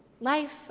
life